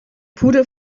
pudel